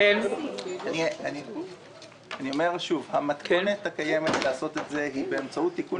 אני אומר שוב: המתכונת הקיימת לעשות את זה היא באמצעות תיקון